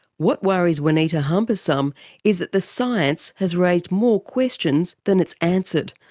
what worries juanita hamparsum is that the science has raised more questions than it's answered.